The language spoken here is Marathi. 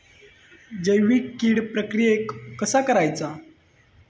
जैविक कीड प्रक्रियेक कसा करायचा?